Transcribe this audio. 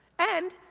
and,